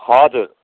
हजुर